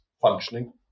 functioning